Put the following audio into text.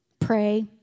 Pray